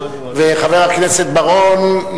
וחבר הכנסת בר-און,